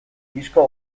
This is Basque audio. disko